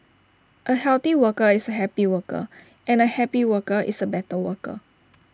A healthy worker is A happy worker and A happy worker is A better worker